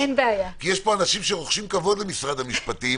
כי יש פה אנשים שרוחשים כבוד למשרד המשפטים